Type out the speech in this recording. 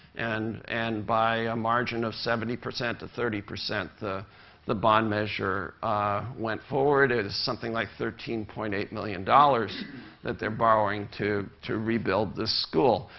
and and by a margin of seventy percent to thirty, the the bond measure went forward. it was something like thirteen point eight million dollars that they're borrowing to to rebuild this school.